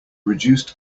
reduced